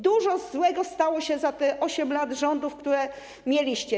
Dużo złego stało się przez te 8 lat rządów, które mieliście.